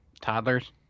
toddlers